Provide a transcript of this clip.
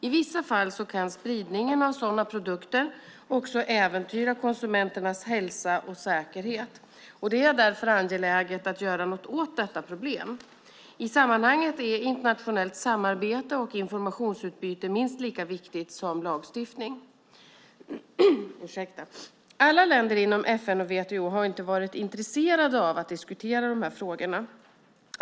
I vissa fall kan spridningen av sådana produkter också äventyra konsumenternas hälsa och säkerhet. Det är därför angeläget att göra något åt detta problem. I det sammanhanget är internationellt samarbete och informationsutbyte minst lika viktigt som lagstiftning. Alla länder inom FN och WTO har inte varit intresserade av att diskutera dessa frågor.